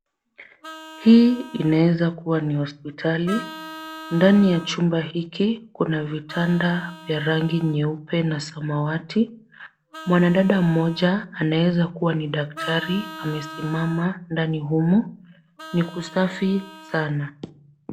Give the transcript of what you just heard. Hii inaweza kuwa ni hospitali. Ndani ya chumba hiki kuna vitanda vya rangi nyeupe na samawati. Mwanadada mmoja anaweza kuwa ni daktari amesimama ndani humu. Ni kusafi sana.